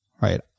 right